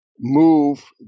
move